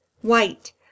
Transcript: white